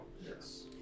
Yes